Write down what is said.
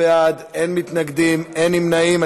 בעד, אין מתנגדים, אין נמנעים.